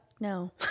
no